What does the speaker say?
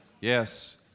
Yes